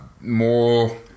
more